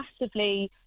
massively